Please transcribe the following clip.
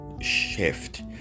shift